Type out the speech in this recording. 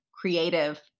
creative